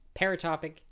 Paratopic